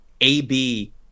AB